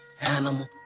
animal